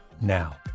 now